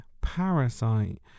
parasite